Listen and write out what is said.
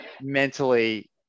mentally